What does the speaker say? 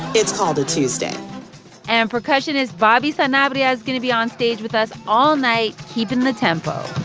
it's called a tuesday and percussionist bobby sanabria's going to be onstage with us all night keeping the tempo